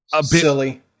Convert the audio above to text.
Silly